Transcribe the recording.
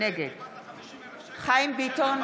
נגד חיים ביטון,